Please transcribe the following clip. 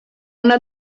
una